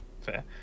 fair